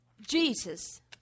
Jesus